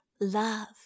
Love